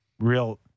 Real